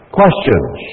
questions